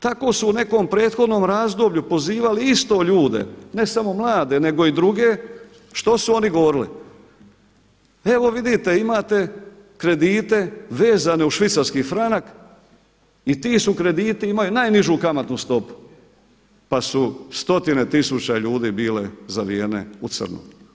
Tako su u nekom prethodnom razdoblju pozivali isto ljude, ne samo mlade nego i druge, što su oni govorili, evo vidite imate kredite vezane uz švicarski franak i ti krediti imaju najnižu kamatnu stopu, pa su stotine tisuća ljudi bile zavijene u crno.